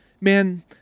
man